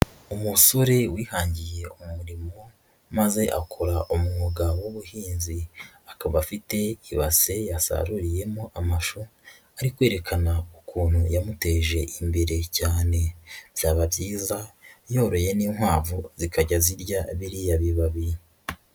Umusore wihangiye umurimo maze akora umwuga w'ubuhinzi, akaba afite ibase yasaruriyemo amashu, ari kwerekana ukuntu yamuteje imbere cyane, byaba byiza yoroye n'inkwavu zikajya zirya biriya bibabi.